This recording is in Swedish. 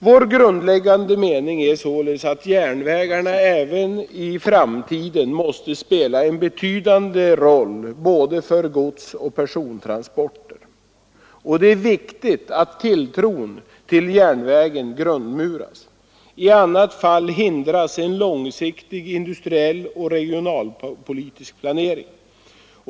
Vår grundläggande mening är sålunda att järnvägarna även i framtiden måste spela en betydande roll för både godsoch persontransporter, och det är viktigt att tilltron till järnvägen grundmuras. I annat fall hindras en långsiktig industriell och regionalpolitisk planering.